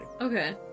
Okay